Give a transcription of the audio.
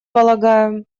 полагаю